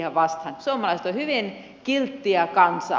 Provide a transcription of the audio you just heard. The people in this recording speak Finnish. suomalaiset ovat hyvin kilttiä kansaa